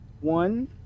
one